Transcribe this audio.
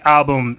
Album